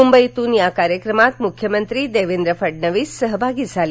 मुंबईतून या कार्यक्रमात मुख्यमंत्री देवेंद्र फडणविस सहभागी झाले